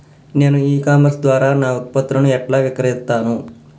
నేను e commerce ద్వారా నా ఉత్పత్తులను ఎట్లా విక్రయిత్తను?